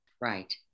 Right